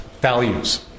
values